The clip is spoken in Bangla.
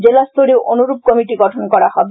জেলা স্তরেও অনুরূপ কমিটি গঠন করা হবে